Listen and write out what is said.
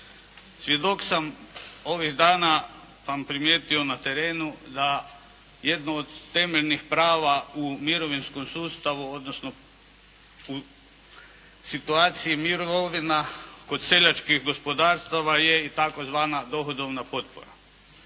Svjedok sam ovih dana sam primijetio na terenu da jedno od temeljnih prava u mirovinskom sustavu, odnosno u situaciji mirovina kod seljačkih gospodarstava je i tzv. dohodovna potpora.